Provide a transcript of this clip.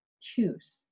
choose